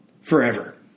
forever